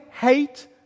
hate